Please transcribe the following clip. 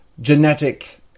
genetic